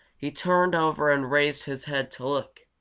he turned over and raised his head to look.